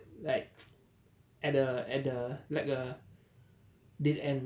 like at the at the like a dead end